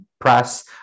press